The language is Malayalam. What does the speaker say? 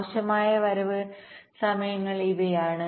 ആവശ്യമായ വരവ് സമയങ്ങൾ ഇവയാണ്